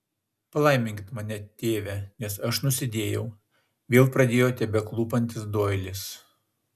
palaiminkit mane tėve nes aš nusidėjau vėl pradėjo tebeklūpantis doilis